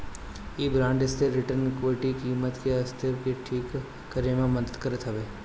इ बांड स्थिर return equity कीमत के अस्थिरता के ठीक करे में मदद करत हवे